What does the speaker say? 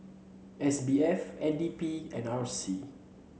S B F N D P and R C